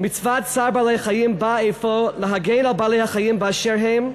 "מצוות צער בעלי-חיים באה אפוא להגן על בעלי-החיים באשר הם,